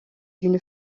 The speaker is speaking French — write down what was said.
d’une